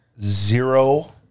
zero